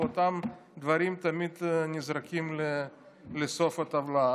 ואותם דברים תמיד נזרקים לסוף הטבלה.